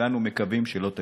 שכולנו מקווים שלא תגיע.